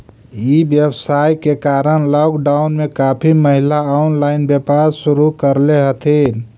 ई व्यवसाय के कारण लॉकडाउन में काफी महिला ऑनलाइन व्यापार शुरू करले हथिन